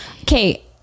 Okay